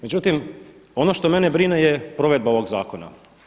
Međutim, ono što mene brine je provedba ovog zakona.